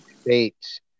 States